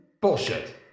Bullshit